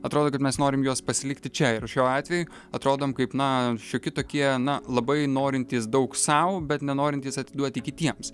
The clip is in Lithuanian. atrodo kad mes norim juos pasilikti čia ir šiuo atveju atrodom kaip na šioki tokie na labai norintys daug sau bet nenorintys atiduoti kitiems